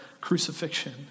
crucifixion